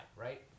right